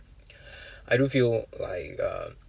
I do feel like uh